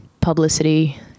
publicity